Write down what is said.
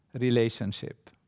relationship